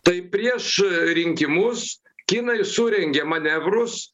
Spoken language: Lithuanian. taip prieš rinkimus kinai surengė manevrus